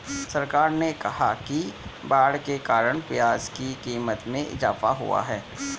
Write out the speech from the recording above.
सरकार ने कहा कि बाढ़ के कारण प्याज़ की क़ीमत में इजाफ़ा हुआ है